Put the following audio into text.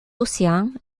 océans